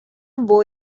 boa